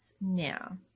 now